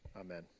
Amen